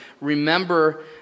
remember